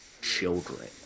children